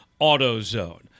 AutoZone